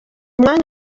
mwanya